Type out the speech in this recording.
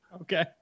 Okay